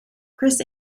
chris